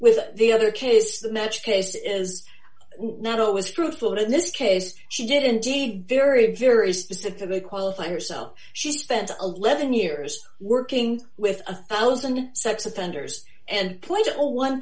with the other case the match case is not always truthful in this case she did indeed very very specifically qualify herself she spent eleven years working with a one thousand sex offenders and put a one